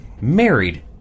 married